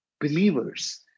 believers